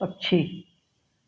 पक्षी